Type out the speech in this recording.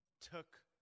took